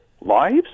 lives